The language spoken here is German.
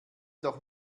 doch